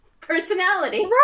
personality